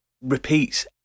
repeats